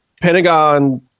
Pentagon